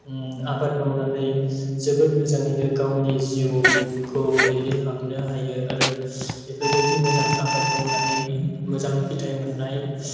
आबाद मावनानै जोबोद मोजाङैनो गावनि जिउखौ दैदेनलांनो हायो आरो बेफोरबायदि मोजां आबाद मावनानै मोजां फिथाय मोननाय